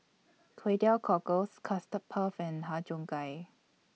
Kway Teow Cockles Custard Puff and Har Cheong Gai